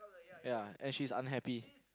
ya and she's unhappy